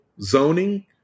zoning